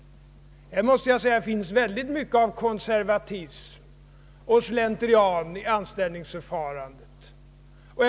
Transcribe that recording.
Jag måste säga att det finns mycket av konservatism och slentrian i anställningsförfarandet.